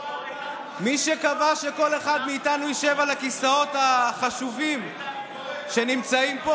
מי שקבע שכל אחד מאיתנו ישב על הכיסאות החשובים שנמצאים פה,